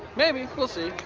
maybe, we'll see.